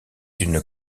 une